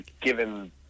given